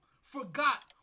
forgot